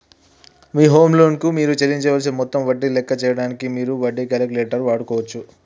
మీ home loan కు మీరు చెల్లించవలసిన మొత్తం వడ్డీని లెక్క చేయడానికి మీరు వడ్డీ క్యాలిక్యులేటర్ వాడుకోవచ్చు